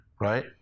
right